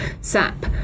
sap